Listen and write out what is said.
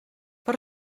per